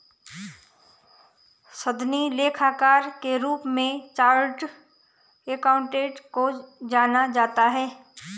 सनदी लेखाकार के रूप में चार्टेड अकाउंटेंट को जाना जाता है